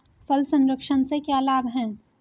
फल संरक्षण से क्या लाभ है?